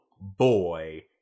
boy